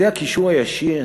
זה הקישור הישיר